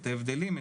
את ההבדלים.